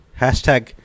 Hashtag